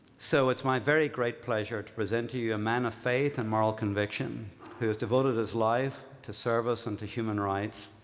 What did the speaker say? so it's my very great pleasure to present to you a man of faith and moral conviction who has devoted his life to service and to human rights.